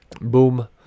Boom